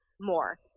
more